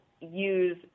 use